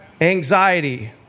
Anxiety